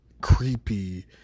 creepy